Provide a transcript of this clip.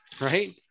right